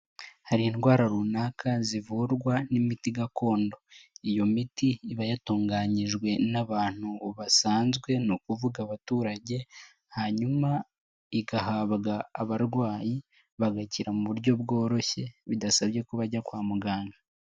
Hari indwara runaka zivurwa n'imiti gakondo, iyo miti iba yatunganyijwe n'abantu basanzwe, ni ukuvuga abaturage, hanyuma igahabwa abarwayi bagakira mu buryo bworoshye, bidasabye ko bajya kwa muganga.